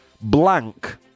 blank